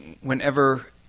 whenever